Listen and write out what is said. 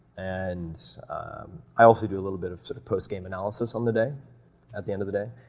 and i also do a little bit of sort of postgame analysis on the day at the end of the day,